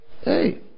Hey